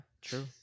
true